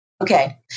Okay